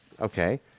Okay